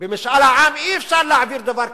במשאל העם אי-אפשר להעביר דבר כזה.